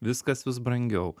viskas vis brangiau